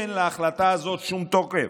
אין להחלטה הזאת שום תוקף.